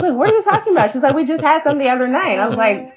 but what are you talking about? she's like, we just happened the other night. i'm like,